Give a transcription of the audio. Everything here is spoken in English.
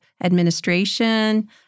administration